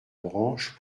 branche